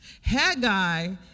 Haggai